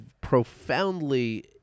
profoundly